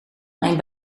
mijn